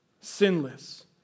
sinless